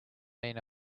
mean